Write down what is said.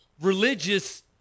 religious